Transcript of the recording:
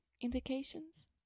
indications